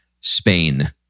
Spain